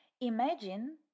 Imagine